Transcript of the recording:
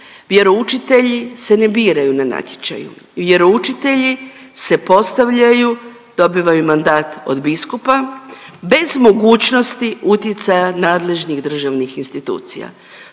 vjeroučitelji se ne biraju na natječaju, vjeroučitelji se postavljaju, dobivaju mandat od biskupa bez mogućnosti utjecaja nadležnih državnih institucija.